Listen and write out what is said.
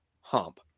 hump